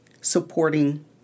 supporting